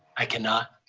i cannot.